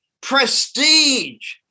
prestige